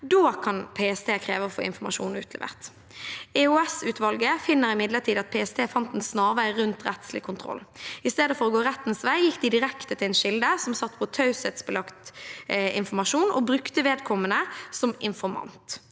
kan PST kreve å få informasjon utlevert. EOS-utvalget finner imidlertid at PST fant en snarvei rundt rettslig kontroll. I stedet for å gå rettens vei gikk de direkte til en kilde som satt på taushetsbelagt informasjon, og brukte vedkommende som informant.